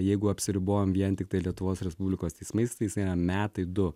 jeigu apsiribojam vien tiktai lietuvos respublikos teismais tai jis yra metai du